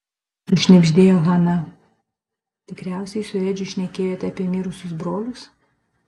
sušnibždėjo hana tikriausiai su edžiu šnekėjote apie mirusius brolius